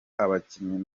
abakinnyi